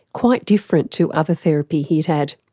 quite different to other therapy he'd had.